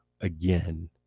again